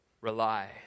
rely